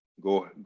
go